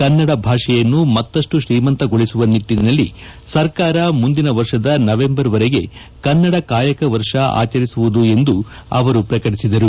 ಕನ್ನಡ ಭಾಷೆಯನ್ನು ಮತ್ತಷ್ಟು ಶ್ರೀಮಂತಗೊಳಿಸುವ ನಿಟ್ಟನಲ್ಲಿ ಸರ್ಕಾರ ಮುಂದಿನ ವರ್ಷದ ನವೆಂಬರ್ ವರೆಗೆ ಕನ್ನಡ ಕಾಯಕ ವರ್ಷ ಆಚರಿಸಲಾಗುವುದು ಎಂದು ಅವರು ಪ್ರಕಟಿಸಿದರು